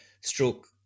stroke